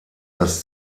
das